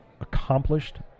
accomplished